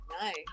nice